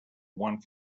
one